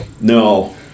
no